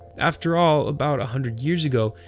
afterall, about a hundred years ago,